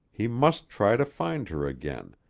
he must try to find her again,